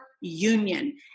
union